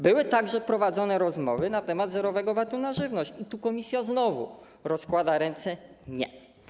Były także prowadzone rozmowy na temat zerowego VAT-u na żywność i tu komisja znowu rozłożyła ręce - nie.